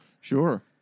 Sure